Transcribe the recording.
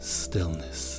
stillness